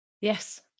Yes